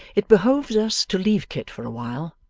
it behoves us to leave kit for a while,